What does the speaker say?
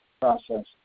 process